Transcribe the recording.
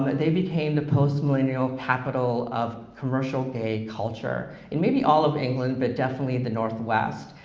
they became the post-millennial capital of commercial gay culture in maybe all of england, but definitely the northwest,